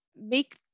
make